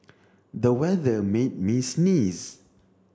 the weather made me sneeze